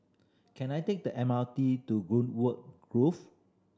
can I take the M R T to Greenwood Grove